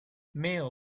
mail